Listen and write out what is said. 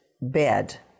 bed